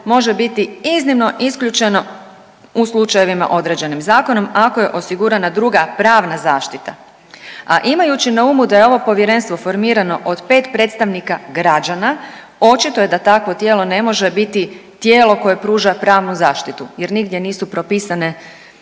može biti iznimno isključeno u slučajevima određenim zakonom ako je osigurana druga pravna zaštita, a imajući na umu da je ovo povjerenstvo formirano od 5 predstavnika građana očito je da takvo tijelo ne može biti tijelo koje pruža pravnu zaštitu jer nigdje nisu propisane